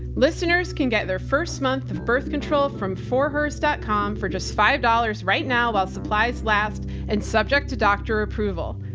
listeners can get their first month of birth control from forhers. com for just five dollars right now while supplies last and subject to doctor approval.